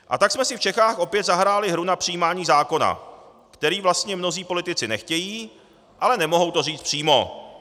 A tak jsme si v Čechách opět zahráli hru na přijímání zákona, který vlastně mnozí politici nechtějí, ale nemohou to říct přímo.